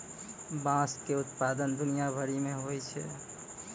बाँस के उत्पादन दुनिया भरि मे होय छै